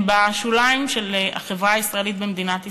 בשוליים של החברה הישראלית במדינת ישראל,